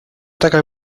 ataca